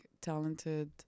talented